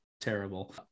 terrible